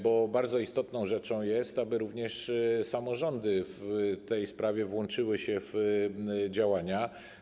Bardzo istotną rzeczą jest to, aby także samorządy w tej sprawie włączyły się w działania.